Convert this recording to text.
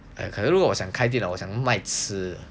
可能如果想开买了我想买吃的